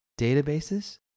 databases